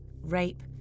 rape